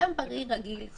אדם בריא, רגיל.